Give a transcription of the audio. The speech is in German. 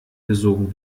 gesogen